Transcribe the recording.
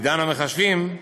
בעידן המחשבים,